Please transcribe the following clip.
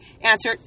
Answer